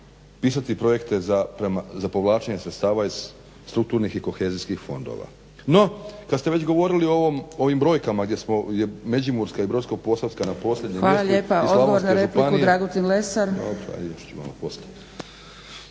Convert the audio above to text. pisati projekte za povlačenje sredstava iz strukturnih i kohezijskih fondova. No, kad ste već govorili o ovim brojkama gdje smo, gdje Međimurska i Brodsko-posavska na posljednjem mjestu i Slavonska županija, dobro ajd još ću malo poslije.